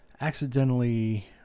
accidentally